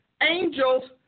angels